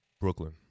Brooklyn